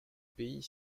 pays